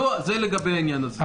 זה לגבי העניין הזה.